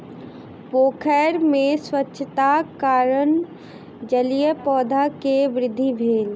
पोखैर में स्वच्छताक कारणेँ जलीय पौधा के वृद्धि भेल